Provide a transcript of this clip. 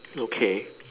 okay